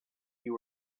you